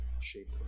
shape